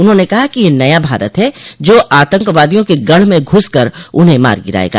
उन्होंने कहा कि यह नया भारत है जो आतंकवादियों के गढ़ में घूस कर उन्हें मार गिरायेगा